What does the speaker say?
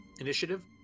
initiative